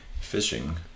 Fishing